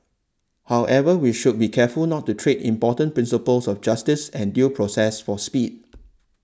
however we should be careful not to trade important principles of justice and due process for speed